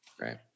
Right